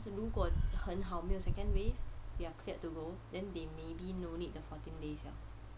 如果很好没有 second wave we are cleared to go then they maybe no need the fourteen days ah